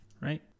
right